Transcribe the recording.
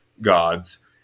gods